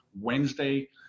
Wednesday